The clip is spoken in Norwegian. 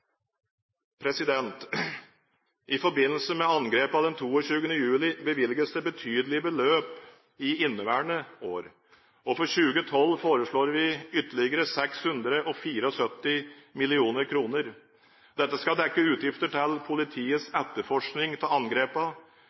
I forbindelse med angrepene den 22. juli bevilges det betydelige beløp i inneværende år, og for 2012 foreslår vi ytterligere 674 mill. kr. Dette skal dekke utgifter til politiets etterforskning av